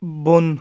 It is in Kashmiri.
بۄن